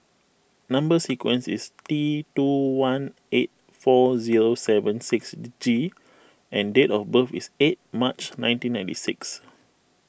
Number Sequence is T two one eight four zero seven six G and date of birth is eight March nineteen ninety six